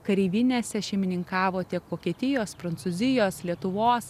kareivinėse šeimininkavo tiek vokietijos prancūzijos lietuvos